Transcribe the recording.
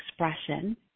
expression